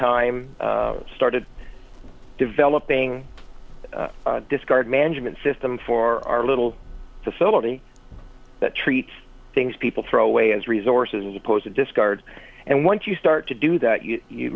time started developing discard management system for our little facility that treats things people throw away as resources as opposed to discard and once you start to do that you